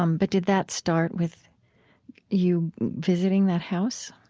um but did that start with you visiting that house?